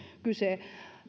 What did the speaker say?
kyse